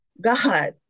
God